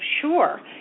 sure